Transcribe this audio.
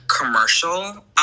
commercial